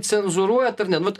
cenzūruojat ar ne vat